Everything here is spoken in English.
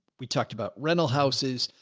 we talked about rental houses.